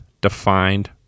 defined